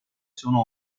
sono